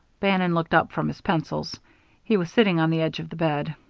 bannon looked up from his pencils he was sitting on the edge of the bed.